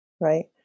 right